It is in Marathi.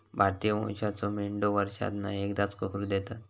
भारतीय वंशाच्यो मेंढयो वर्षांतना एकदाच कोकरू देतत